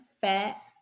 Fat